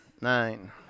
Nine